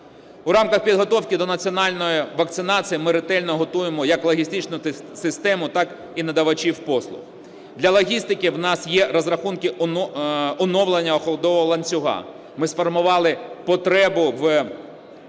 У рамках підготовки до національної вакцинації ми ретельно готуємо як логістичну систему, так і надавачів послуг. Для логістики у нас є розрахунки оновлення холодового ланцюга. Ми сформували потребу в